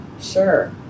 Sure